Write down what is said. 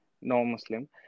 non-Muslim